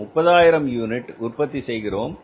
எனவே 30000 யூனிட்டுகள் உற்பத்தி செய்கிறோம்